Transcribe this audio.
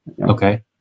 Okay